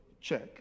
check